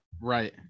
right